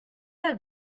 are